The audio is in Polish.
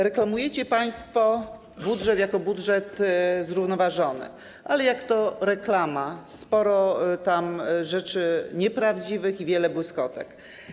Reklamujecie państwo budżet jako budżet zrównoważony, ale jak to w reklamie - sporo tam rzeczy nieprawdziwych i wiele błyskotek.